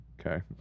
Okay